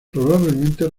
probablemente